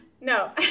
No